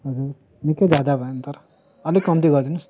हजुर निकै ज्यादा भयो नि तर अलिक कम्ती गरिदिनुहोस् न